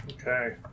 Okay